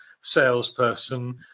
salesperson